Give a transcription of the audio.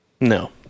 No